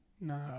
No